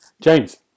James